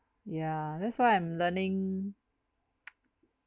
ya that's why I'm learning